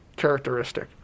characteristic